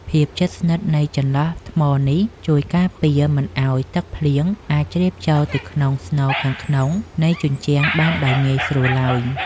ភាពជិតស្និទ្ធនៃចន្លោះថ្មនេះជួយការពារមិនឱ្យទឹកភ្លៀងអាចជ្រាបចូលទៅក្នុងស្នូលខាងក្នុងនៃជញ្ជាំងបានដោយងាយស្រួលឡើយ។